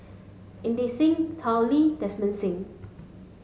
Inderjit Singh Tao Li Desmond Sim